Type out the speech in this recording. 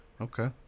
Okay